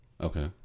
Okay